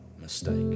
mistake